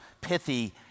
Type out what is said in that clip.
pithy